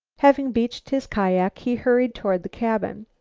having beached his kiak, he hurried toward the cabin.